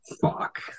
fuck